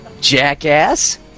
jackass